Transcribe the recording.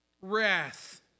wrath